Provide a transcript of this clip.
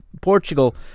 Portugal